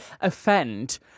offend